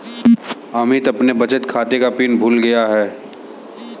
अमित अपने बचत खाते का पिन भूल गया है